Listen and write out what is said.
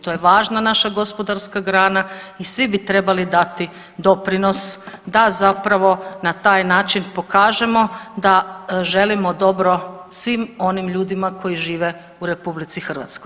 To je važna naša gospodarska grana i svi bi trebali dati doprinos da zapravo na taj način pokažemo da želimo dobro svim onim ljudima koji žive u RH.